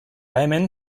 hemen